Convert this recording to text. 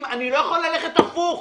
אני לא יכול ללכת הפוך.